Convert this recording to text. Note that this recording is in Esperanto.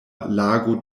lago